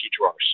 drawers